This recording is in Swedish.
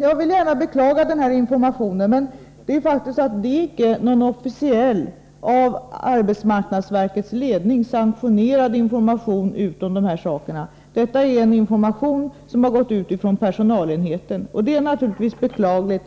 Jag beklagar gärna denna information. Men det är ingen officiell av arbetsmarknadsverkets ledning sanktionerad information. Detta är en information som har gått ut från personalenheten. Det är naturligtvis beklagligt.